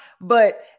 but-